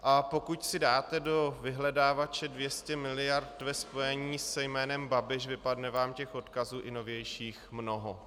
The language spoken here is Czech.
A pokud si dáte do vyhledávače 200 miliard ve spojení se jménem Babiš, vypadne vám odkazů i novějších mnoho.